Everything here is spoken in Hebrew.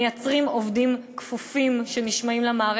מייצרים עובדים כפופים שנשמעים למערכת,